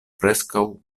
preskaŭ